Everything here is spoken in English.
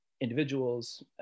individuals